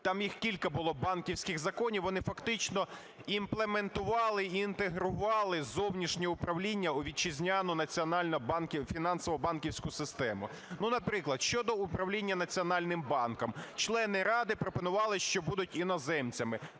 там їх кілька було, банківських законів, вони фактично імплементували і інтегрували зовнішнє управління у вітчизняну національну фінансово-банківську систему. Наприклад, щодо управління Національним банком. Члени ради пропонували, що будуть іноземцями.